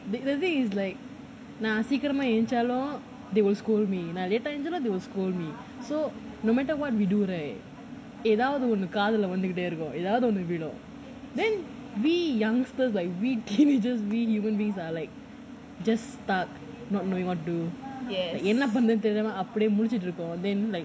the the thing is like நான் சீக்கிரம் ஏஞ்சாலும்:naan seekiram yaenchalum they will scold me நான்:naan late eh yaenchalum they will scold me so no matter what you do right eh now ஏதாவுது ஒன்னு காதுல விழுந்துட்டே எதாவுது ஒன்னு விழும்:ethavuthu onnu kaathula vizhunthutae ethavuthu onnu vizhum then we youngsters like we teenagers are like just stuck not knowing what to do என்ன பண்றதுன்னு தெரியாமே குளிச்சிட்டு இருக்கோம்:enna pandrathunnu teriyaamae mulichitu irukom then like